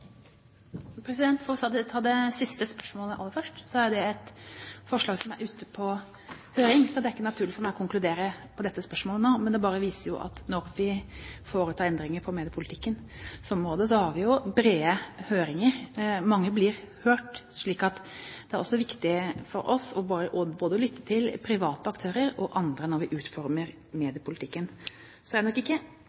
et forslag som er ute på høring, så det er ikke naturlig for meg å konkludere i dette spørsmålet nå. Det bare viser at når vi foretar endringer innenfor mediepolitikken, har vi brede høringer. Mange blir hørt. Det er viktig for oss å lytte til både private aktører og andre når vi utformer